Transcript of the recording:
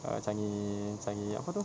err changi changi apa tu